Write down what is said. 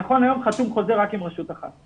נכון להיום חתום חוזה רק עם רשות אחת.